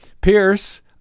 Pierce